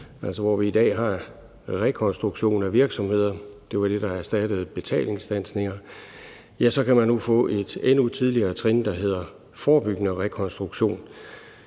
altså, hvor vi i dag har rekonstruktion af virksomheder – det var det, der erstattede betalingsstandsninger – ja, så kan man nu få et endnu tidligere trin, der hedder forebyggende rekonstruktion.